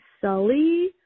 Sully